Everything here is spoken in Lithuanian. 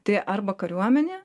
tai arba kariuomenė